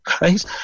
right